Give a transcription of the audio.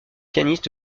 pianiste